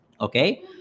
okay